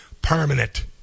permanent